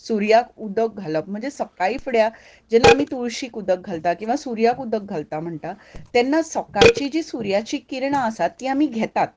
सुर्याक उदक घालप म्हणल्यार सकाळी फुड्या जेन्ना आमी तुळशीक उदक घालता किंवां सुर्याक उदक घालता म्हणटा तेन्ना सकाळची जी सुर्याची किरणां आसात तीं आमी घेतात